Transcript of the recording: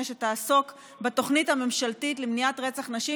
שתעסוק בתוכנית הממשלתית למניעת רצח נשים,